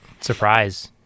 Surprise